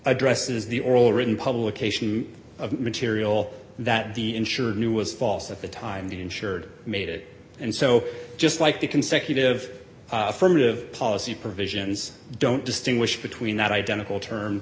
addresses the oral or written publication of material that the insurer knew was false at the time the insured made it and so just like the consecutive affirmative policy provisions don't distinguish between that identical term